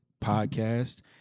Podcast